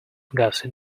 gussie